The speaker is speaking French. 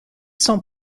sont